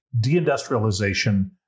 deindustrialization